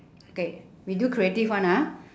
okay we do creative one ah